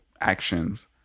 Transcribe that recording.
actions